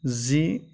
जि